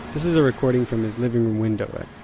this is a recording from his living room window at